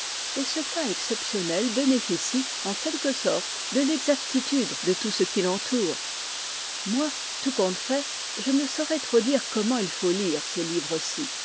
et ce cas exceptionnel bénéficie en quelque sorte de l'exactitude de tout ce qui l'entoure moi tout compte fait je ne saurais trop dire comment il faut lire ces livres ci